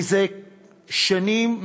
זה שנים,